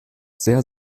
sehr